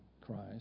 Christ